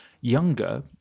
younger